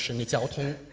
and is ah to